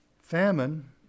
Famine